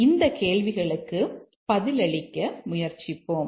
அந்த கேள்விகளுக்கு பதிலளிக்க முயற்சிப்போம்